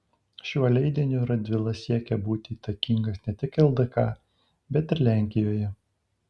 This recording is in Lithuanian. šiuo leidiniu radvila siekė būti įtakingas ne tik ldk bet ir lenkijoje